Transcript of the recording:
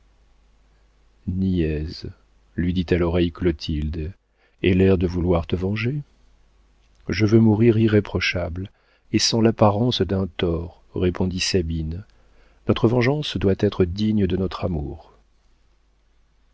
niaise lui dit à l'oreille clotilde aie l'air de vouloir te venger je veux mourir irréprochable et sans l'apparence d'un tort répondit sabine notre vengeance doit être digne de notre amour